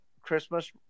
Christmas